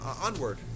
onward